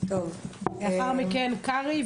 לאחר מכן קרעי,